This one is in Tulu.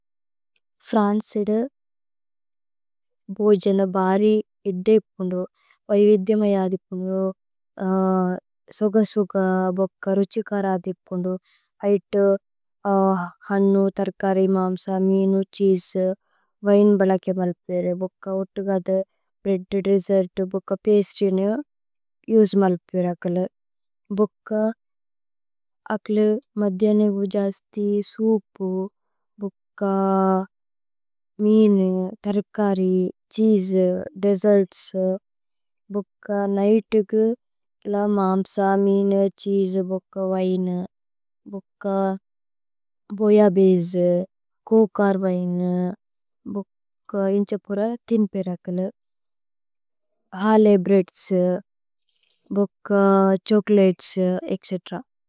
ഫ്രന്സിദു ബോജന ബാരി ഇദ്ദേ ഇപ്പുന്ദു വൈവിദ്യ। മയദ് ഇപ്പുന്ദു സോഗ സോഗ ബുക്ക। രുഛികര അദ് ഇപ്പുന്ദു ഐതു ഹന്നു। തര്കരി മാമ്സ മീനു ഛീജു വൈന് ബലകേ മല്പേരേ। ഭുക്ക ഓത്കഗദു ബ്രേഅദ് ദേസ്സേര്ത് ബുക്ക പേസ്തീനു ഉസേ। മല്പേരേ അകലു ഭുക്ക അകലു മദ്ദ്യനേഗു ജസ്തി സൂപു। ബുക്ക മീനു തര്കരി ഛീജു ദേസ്സേര്ത്സ്। ബുക്ക നൈതുഗു ല മാമ്സ മീനു ഛീജു ബുക്ക വൈനു। ബുക്ക ബോയ ബേജു കോകര് വൈനു ബുക്ക ഇന്ഛപുര ഥിന്। പേരകലു ഹലേ ബ്രേഅദ്സ് ബുക്ക ഛോചോലതേസ് ഏത്ച്।